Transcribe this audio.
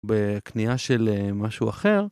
בקנייה של משהו אחר.